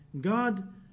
God